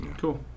Cool